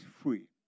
free